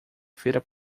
feira